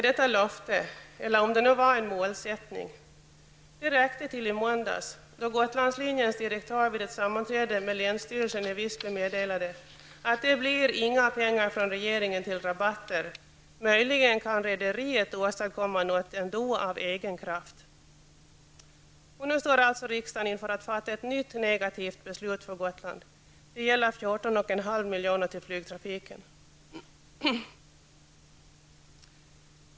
Detta löfte, eller om det var en målsättning, räckte till i måndags då Gotlandslinjens direktör vid ett sammanträde med länsstyrelsen i Visby meddelade att det inte blir några pengar från regeringen till rabatter. Möjligen kan rederiet åstadkomma något ändå av egen kraft. Nu står alltså riksdagen inför att fatta ett nytt negativt beslut för Gotland. Det gäller 14,5 miljoner till flygtrafiken.